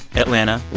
atlanta